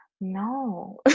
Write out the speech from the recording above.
No